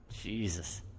Jesus